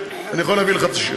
אבל אני יכול להביא לך את השם.